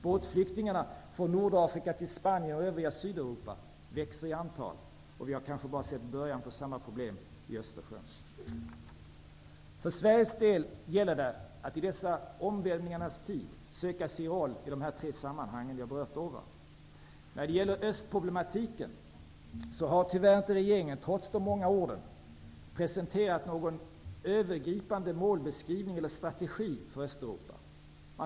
Båtflyktingarna från Nordafrika som kommer till Spanien och övriga Sydeuropa växer i antal, och vi har kanske bara sett början av samma problem i I dessa omvälvningarnas tid gäller det för Sverige att söka sin roll i de sammanhang som jag har berört. Regeringen har tyvärr inte, trots de många orden, presenterat någon övergripande målbeskrivning eller strategi för Östeuropa.